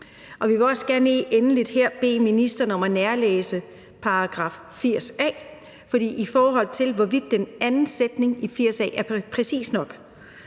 vil vi også gerne her bede ministeren om at nærlæse § 80 a, i forhold til hvorvidt den anden sætning i 80 a er præcis nok.